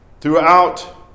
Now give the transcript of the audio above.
Throughout